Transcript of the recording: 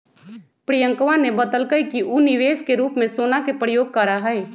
प्रियंकवा ने बतल कई कि ऊ निवेश के रूप में सोना के प्रयोग करा हई